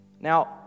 now